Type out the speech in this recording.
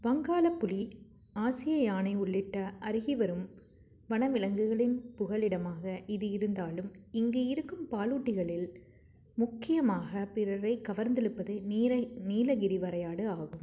வங்காளப் புலி ஆசிய யானை உள்ளிட்ட அருகிவரும் வனவிலங்குகளின் புகழிடமாக இது இருந்தாலும் இங்கு இருக்கும் பாலூட்டிகளில் முக்கியமாகப் பிறரைக் கவர்ந்திழுப்பது நீல நீலகிரி வரையாடு ஆகும்